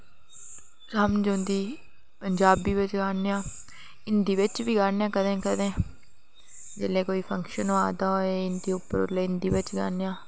समझ औंदी पंजाबी बिच गान्ने आं हिंदी बिच बी गान्ने आं कदें कदें जेल्लै कोई फंक्शन होआ दा होऐ हिंदी बिच ओल्लै हिंदी बिच गान्ने आं